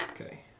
Okay